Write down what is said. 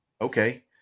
Okay